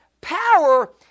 power